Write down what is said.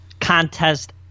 contest